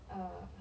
uh